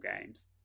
games